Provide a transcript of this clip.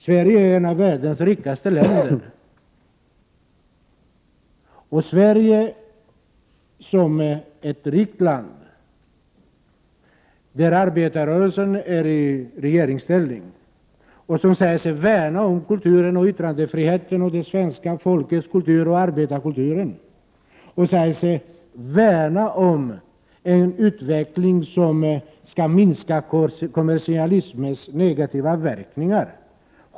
Sverige är ett av världens rikaste länder. I Sverige, där arbetarrörelsen är i regeringsställning, säger man sig värna om svenska folkets kultur och yttrandefrihet. Man säger sig värna om arbetarkulturen och om en utveckling som skall minska kommersialismens negativa verkningar.